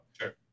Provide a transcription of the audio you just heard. Sure